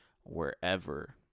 wherever